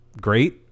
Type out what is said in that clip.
great